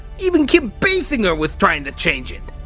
even kim basinger was trying to change it!